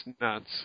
nuts